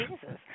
Jesus